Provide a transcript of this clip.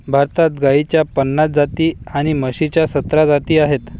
भारतात गाईच्या पन्नास जाती आणि म्हशीच्या सतरा जाती आहेत